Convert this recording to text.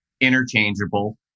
interchangeable